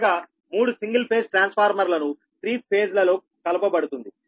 అనగా 3 single phase transformer లను three phase లో కలపబడుతుంది